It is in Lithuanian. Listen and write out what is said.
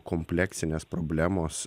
kompleksinės problemos